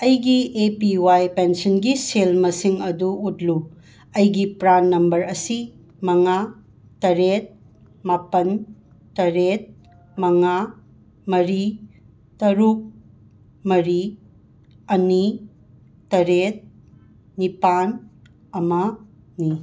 ꯑꯩꯒꯤ A P Y ꯄꯦꯟꯁꯟꯒꯤ ꯁꯦꯜ ꯃꯁꯤꯡ ꯑꯗꯨ ꯎꯠꯂꯨ ꯑꯩꯒꯤ ꯄ꯭ꯔꯥꯟ ꯅꯝꯕꯔ ꯑꯁꯤ ꯃꯉꯥ ꯇꯔꯦꯠ ꯃꯥꯄꯟ ꯇꯔꯦꯠ ꯃꯉꯥ ꯃꯔꯤ ꯇꯔꯨꯛ ꯃꯔꯤ ꯑꯅꯤ ꯇꯔꯦꯠ ꯅꯤꯄꯥꯟ ꯑꯃꯅꯤ